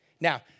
Now